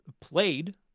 played